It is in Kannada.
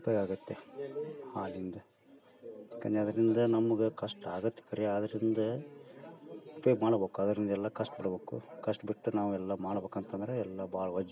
ಉಪ್ಯೋಗಾಗತ್ತೆ ಹಾಲಿಂದು ಯಾಕಂದ್ರೆ ಅದರಿಂದ ನಮ್ಗೆ ಕಷ್ಟ ಆಗತ್ತೆ ಕರೆ ಆದ್ದರಿಂದ ಉಪ್ಯೋಗ ಮಾಡ್ಬೇಕ್ ಅದ್ರಿಂದ ಎಲ್ಲ ಕಷ್ಟ್ಪಡ್ಬೇಕು ಕಷ್ಟ ಬಿಟ್ಟು ನಾವು ಎಲ್ಲ ಮಾಡ್ಬೇಕ್ ಅಂತಂದರೆ ಎಲ್ಲ ಭಾಳ ವಜ್ ಇದೆ